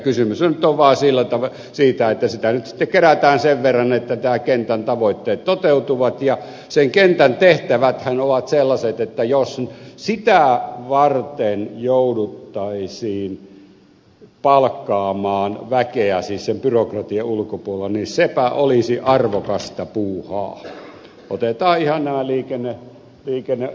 kysymys on nyt vaan siitä että sitä nyt sitten kerätään sen verran että tämän kentän tavoitteet toteutuvat ja sen kentän tehtäväthän ovat sellaiset että jos sitä varten jouduttaisiin palkkaamaan väkeä siis sen byrokratian ulkopuolella niin sepä olisi arvokasta puuhaa potee tai aina liikenne liikenne